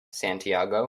santiago